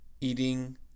eating